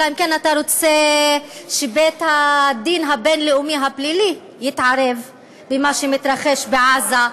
אלא אם כן אתה רוצה שבית-הדין הבין-לאומי הפלילי יתערב במה שמתרחש בעזה.